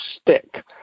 stick